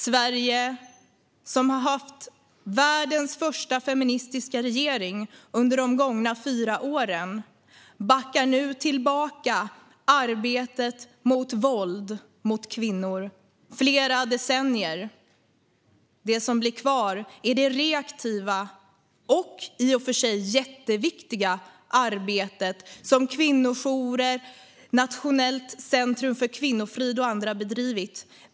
Sverige, som har haft världens första feministiska regering under de gångna fyra åren, backar nu tillbaka arbetet mot våld mot kvinnor flera decennier. Det som blir kvar är det reaktiva och i och för sig jätteviktiga arbetet som kvinnojourer, Nationellt centrum för kvinnofrid och andra bedrivit.